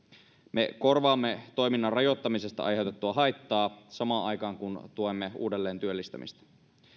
me korvaamme toiminnan rajoittamisesta aiheutettua haittaa samaan aikaan kun tuemme uudelleentyöllistämistä